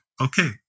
Okay